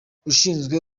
ushinzwe